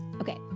Okay